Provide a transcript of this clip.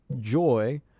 joy